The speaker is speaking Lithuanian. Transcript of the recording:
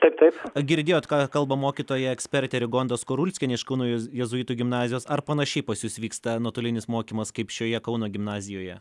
taip taip girdėjot ką kalba mokytoja ekspertė rigonda skurulskienė iš kauno jėzuitų gimnazijos ar panašiai pas jus vyksta nuotolinis mokymas kaip šioje kauno gimnazijoje